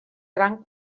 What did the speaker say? gran